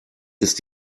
ist